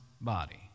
body